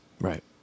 Right